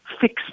fix